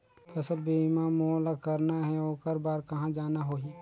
फसल बीमा मोला करना हे ओकर बार कहा जाना होही?